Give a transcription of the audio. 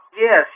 Yes